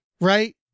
right